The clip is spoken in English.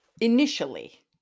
initially